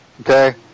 Okay